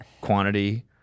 quantity